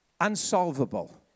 unsolvable